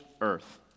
earth